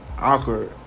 awkward